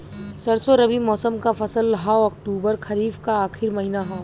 सरसो रबी मौसम क फसल हव अक्टूबर खरीफ क आखिर महीना हव